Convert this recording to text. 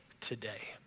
today